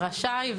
המילה "רשאי",